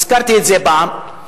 הזכרתי את זה פעם,